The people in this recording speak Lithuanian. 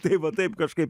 tai va taip kažkaip